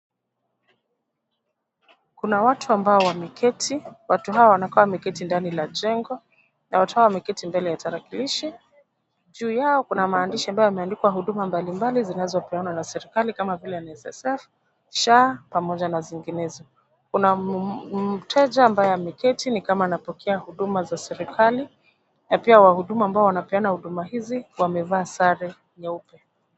Kuna watu ambao wameketi. Watu hao wanakuwa wameketi ndani la jengo, na watu hao wameketi mbele ya tarakilishi. Juu yao kuna maandishi ambayo yameandikwa huduma mbalimbali zinazopeanwa na serikali, kama vile NSSF, SHA, pamoja na zinginezo. Kuna mteja ambaye ameketi, ni kama anapokea huduma za serikali, na pia wahudumu ambao wanapeana huduma hizi wamevaa sare nyeupe.